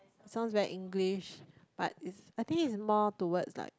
sounds very English but is I think is more towards like